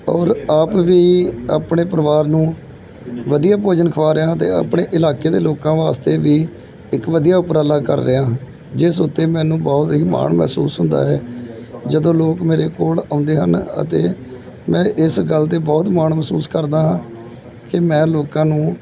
ਔਰ ਆਪ ਵੀ ਆਪਣੇ ਪਰਿਵਾਰ ਨੂੰ ਵਧੀਆ ਭੋਜਨ ਖਵਾ ਰਿਹਾ ਹਾਂ ਅਤੇ ਆਪਣੇ ਇਲਾਕੇ ਦੇ ਲੋਕਾਂ ਵਾਸਤੇ ਵੀ ਇੱਕ ਵਧੀਆ ਉਪਰਾਲਾ ਕਰ ਰਿਹਾ ਹਾਂ ਜਿਸ ਉੱਤੇ ਮੈਨੂੰ ਬਹੁਤ ਹੀ ਮਾਣ ਮਹਿਸੂਸ ਹੁੰਦਾ ਹੈ ਜਦੋਂ ਲੋਕ ਮੇਰੇ ਕੋਲ ਆਉਂਦੇ ਹਨ ਅਤੇ ਮੈਂ ਇਸ ਗੱਲ 'ਤੇ ਬਹੁਤ ਮਾਣ ਮਹਿਸੂਸ ਕਰਦਾ ਕਿ ਮੈਂ ਲੋਕਾਂ ਨੂੰ